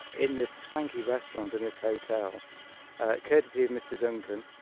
in this swanky restaurant in this hotel courtesy of mr. duncan